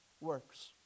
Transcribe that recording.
works